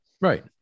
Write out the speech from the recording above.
Right